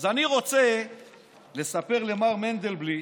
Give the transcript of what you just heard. אז אני רוצה לספר למר מנדלבליט